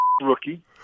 rookie